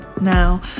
Now